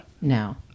no